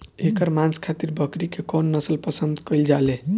एकर मांस खातिर बकरी के कौन नस्ल पसंद कईल जाले?